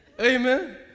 Amen